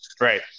right